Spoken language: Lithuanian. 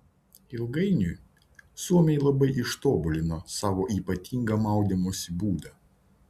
ilgainiui suomiai labai ištobulino savo ypatingą maudymosi būdą